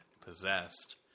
possessed